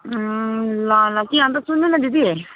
ल ल कि अन्त सुन्नु न दिदी